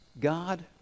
God